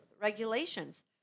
regulations